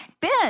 Ben